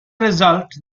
result